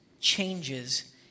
changes